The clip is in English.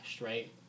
right